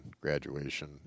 graduation